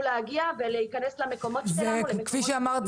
להגיע ולהיכנס למקומות שלנו --- כמו שאמרת,